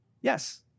yes